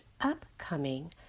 upcoming